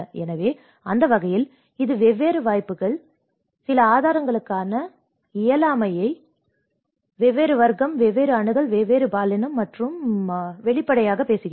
எனவே அந்த வகையில் இது வெவ்வேறு வாய்ப்புகள் சில ஆதாரங்களுக்கான வெவ்வேறு அணுகல் வெவ்வேறு வர்க்கம் வெவ்வேறு பாலினம் மற்றும் இயலாமை பற்றி வெளிப்படையாகப் பேசுகிறது